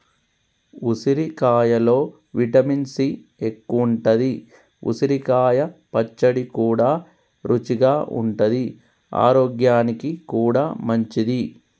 ఉసిరికాయలో vitamin C ఎక్కువుంటది, ఉసిరికాయ పచ్చడి కూడా రుచిగా ఉంటది ఆరోగ్యానికి కూడా మంచిది